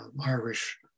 Irish